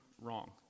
wrong